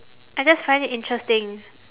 I just find it interesting